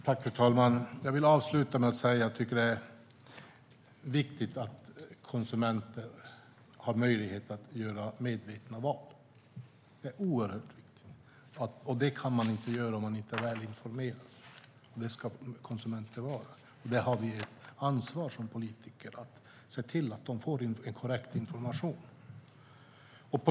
Fru talman! Jag vill avsluta med att säga att jag tycker att det är viktigt att konsumenter har möjlighet att göra medvetna val. Det är oerhört viktigt. Det kan man inte göra om man inte är välinformerad, och det ska konsumenterna vara. Vi har ett ansvar som politiker att se till att de får korrekt information.